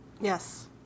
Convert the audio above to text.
Yes